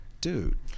Dude